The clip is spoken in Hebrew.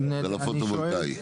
על הפוטו-וולטאי.